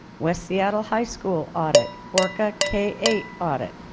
west seattle high school audit, orca k eight audit,